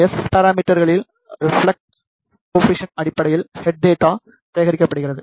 S பாராமிட்டர்களில் reflect coefficient அடிப்படையில் head data சேகரிக்கப்படுகிறது